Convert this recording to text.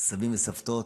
סבים וסבתות